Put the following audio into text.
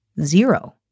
Zero